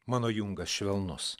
mano jungas švelnus